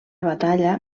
batalla